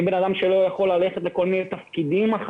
אם בן אדם לא יכול ללכת לכל מיני תפקידים כי